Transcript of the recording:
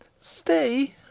Stay